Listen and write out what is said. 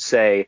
Say